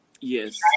yes